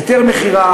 היטל מכירה,